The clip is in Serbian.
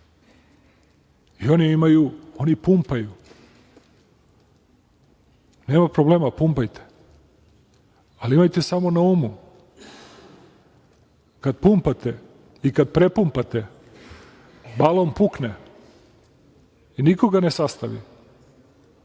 D. Oni pumpaju. Nema problema, pumpajte, ali imajte samo na umu, kada pumpate i kad prepumpate, balon pukne i niko ga ne sastavi.